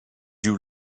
you